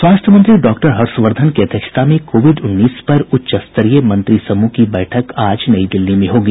स्वास्थ्य मंत्री डॉक्टर हर्षवर्धन की अध्यक्षता में कोविड उन्नीस पर उच्च स्तरीय मंत्रिसमूह की बैठक आज नई दिल्ली में होगी